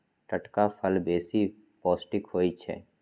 टटका फल बेशी पौष्टिक होइ छइ